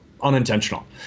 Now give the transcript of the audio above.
unintentional